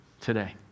today